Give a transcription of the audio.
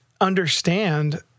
understand